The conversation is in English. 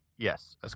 Yes